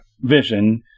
vision